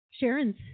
Sharon's